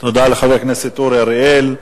תודה לחבר הכנסת אורי אריאל.